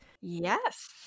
yes